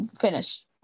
finish